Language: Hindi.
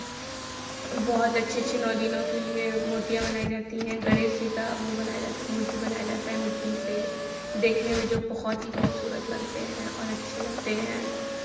बहुत अच्छी अच्छी नौ दिनों के लिए मूर्तियाँ बनाई जाती हैं गणेश जी का वो बनाया जाता है मूर्ति बनाया जाता है मिट्टी से देखने में जो बहुत ही खूबसूरत लगते हैं और अच्छे लगते हैं